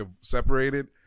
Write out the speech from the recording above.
separated